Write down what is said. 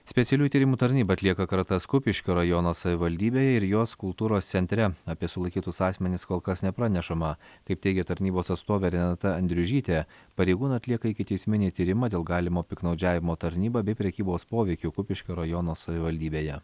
specialiųjų tyrimų tarnyba atlieka kratas kupiškio rajono savivaldybėje ir jos kultūros centre apie sulaikytus asmenis kol kas nepranešama kaip teigė tarnybos atstovė renata andriužytė pareigūnai atlieka ikiteisminį tyrimą dėl galimo piktnaudžiavimo tarnyba bei prekybos poveikiu kupiškio rajono savivaldybėje